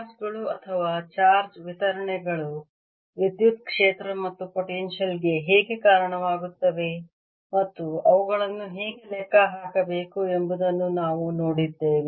charge ಗಳು ಅಥವಾ charge ವಿತರಣೆಗಳು ವಿದ್ಯುತ್ ಕ್ಷೇತ್ರ ಮತ್ತು ಪೊಟೆನ್ಶಿಯಲ್ ಗೆ ಹೇಗೆ ಕಾರಣವಾಗುತ್ತವೆ ಮತ್ತು ಅವುಗಳನ್ನು ಹೇಗೆ ಲೆಕ್ಕ ಹಾಕಬೇಕು ಎಂಬುದನ್ನು ನಾವು ನೋಡಿದ್ದೇವೆ